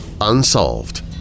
unsolved